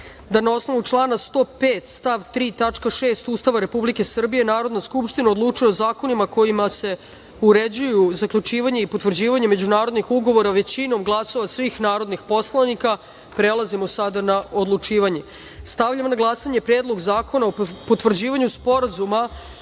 da, na osnovu člana 105. stav 3. tačka 6) Ustava Republike Srbije, Narodna skupština odlučuje o zakonima kojima se uređuju zaključivanje i potvrđivanje međunarodnih ugovora većinom glasova svih narodnih poslanika. Prelazimo sada na odlučivanje. Stavljam na glasanje Predlog zakona o potvrđivanju Sporazuma